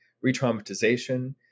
re-traumatization